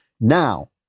Now